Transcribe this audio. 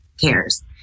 cares